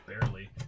Barely